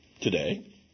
today